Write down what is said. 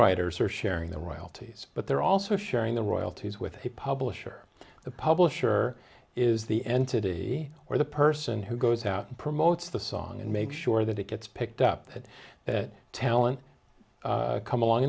writers are sharing the royalties but they're also sharing the royalties with a publisher the publisher is the entity or the person who goes out and promotes the song and make sure that it gets picked up and that talent come along